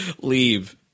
Leave